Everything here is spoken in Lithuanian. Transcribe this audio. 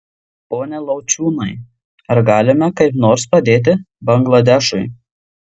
pone lauciūnai ar galime kaip nors padėti bangladešui